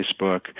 Facebook